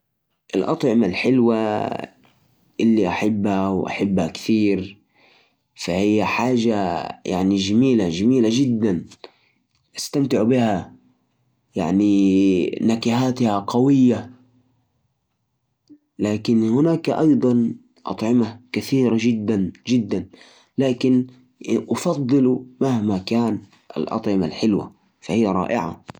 بالنسبالي، أفضل الأطعمه المالحة. أحب النكهات المالحة، مثل الأكلات البحرية والمأكولات الحارة. الأطعمه المالحة تضيف لي طعم مميز، وكمان أحب تناولها مع الأصدقاء في الجلسات. بينما الحلويات تكون لذيذة وجميلة. لكن، أفضل الأطباق المالحة أكثر.